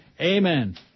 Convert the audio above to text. Amen